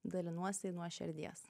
dalinuosi nuo širdies